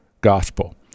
gospel